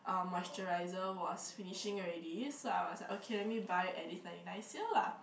uh moisture was finishing already so I was like okay let me buy at this ninety nine sale lah